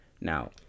Now